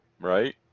Right